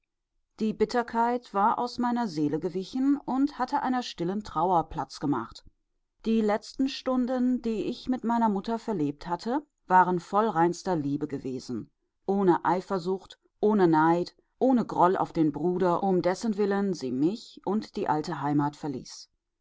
die bitterkeit war aus meiner seele gewichen und hatte einer stillen trauer platz gemacht die letzten stunden die ich mit meiner mutter verlebt hatte waren voll reinster liebe gewesen ohne eifersucht ohne neid ohne groll auf den bruder um dessentwillen sie mich und die alte heimat verließ